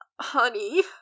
honey